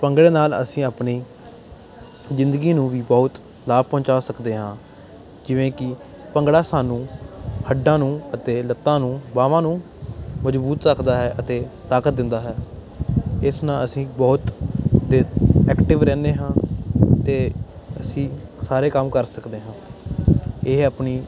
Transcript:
ਭੰਗੜੇ ਨਾਲ ਅਸੀਂ ਆਪਣੀ ਜ਼ਿੰਦਗੀ ਨੂੰ ਵੀ ਬਹੁਤ ਲਾਭ ਪਹੁੰਚਾ ਸਕਦੇ ਹਾਂ ਜਿਵੇਂ ਕਿ ਭੰਗੜਾ ਸਾਨੂੰ ਹੱਡਾਂ ਨੂੰ ਅਤੇ ਲੱਤਾਂ ਨੂੰ ਬਾਵਾਂ ਨੂੰ ਮਜਬੂਤ ਰੱਖਦਾ ਹੈ ਅਤੇ ਤਾਕਤ ਦਿੰਦਾ ਹੈ ਇਸ ਨਾਲ ਅਸੀਂ ਬਹੁਤ ਦੇਰ ਐਕਟਿਵ ਰਹਿੰਦੇ ਹਾਂ ਅਤੇ ਅਸੀਂ ਸਾਰੇ ਕੰਮ ਕਰ ਸਕਦੇ ਹਾਂ ਇਹ ਆਪਣੀ